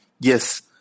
Yes